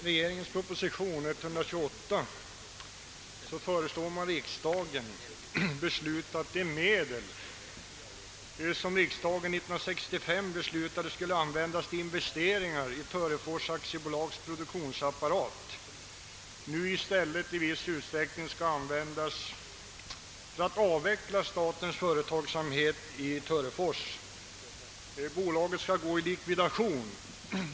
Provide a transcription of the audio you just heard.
Herr talman! I proposition nr 128 föreslår regeringen att riksdagen skall besluta att de medel som enligt riksdagsbeslut år 1965 skulle användas till investeringar i Törefors AB:s produktionsapparat nu i stället i viss utsträckning skall användas för att avveckla statens verksamhet i Törefors. Bolaget skall gå i likvidation.